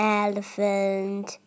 elephant